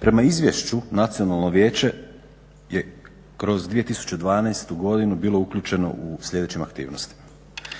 Prema Izvješću Nacionalno vijeće je kroz 2012. godinu bilo uključeno u sljedećim aktivnostima.